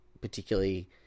particularly